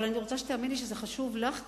אבל אני רוצה שתאמיני שזה חשוב לך ולנו,